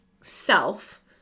self